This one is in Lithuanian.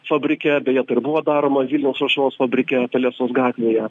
fabrike bejetai ir buvo daroma vilniaus aušros fabrike pelesos gatvėje